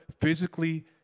physically